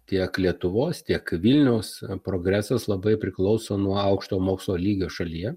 tiek lietuvos tiek vilniaus progresas labai priklauso nuo aukštojo mokslo lygio šalyje